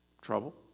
Trouble